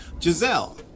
Giselle